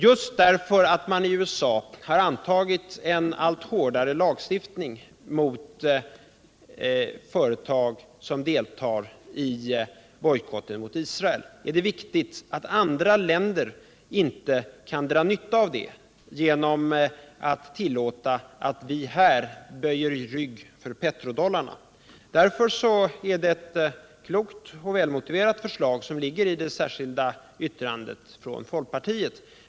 Just därför att man i USA har antagit en allt hårdare lagstiftning mot företag som deltar i bojkotten mot Israel är det viktigt att andra länder inte kan dra nytta av det genom att tillåta att vi här böjer rygg för petrodollarna. Därför är det ett klokt och välmotiverat förslag som ligger i det särskilda yttrandet från folkpartiet.